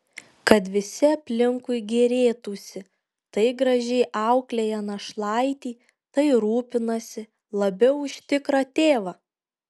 kad visi aplinkui gėrėtųsi tai gražiai auklėja našlaitį tai rūpinasi labiau už tikrą tėvą